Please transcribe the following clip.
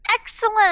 Excellent